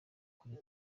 kuri